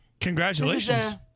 Congratulations